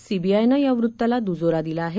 सीबीआयनं या वृत्ताला दुजोरा दिला आहे